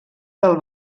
del